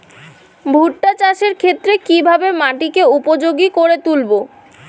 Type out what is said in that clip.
ভুট্টা চাষের ক্ষেত্রে কিভাবে মাটিকে উপযোগী করে তুলবো?